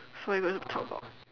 so what are we going to talk about